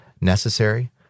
necessary